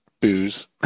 booze